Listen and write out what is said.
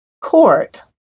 court